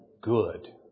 good